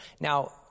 Now